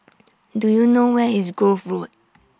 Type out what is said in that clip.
Do YOU know Where IS Grove Road